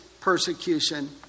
persecution